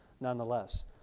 nonetheless